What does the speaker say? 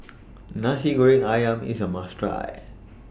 Nasi Goreng Ayam IS A must Try